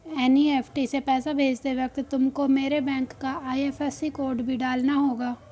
NEFT से पैसा भेजते वक्त तुमको मेरे बैंक का आई.एफ.एस.सी कोड भी डालना होगा